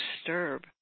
disturb